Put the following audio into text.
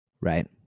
right